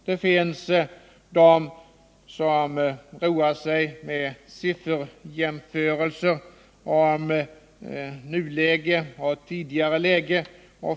Det finns de som roar sig med sifferjämförelser mellan nuläge och tidigare läge.